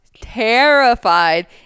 terrified